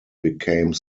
became